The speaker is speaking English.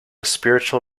spiritual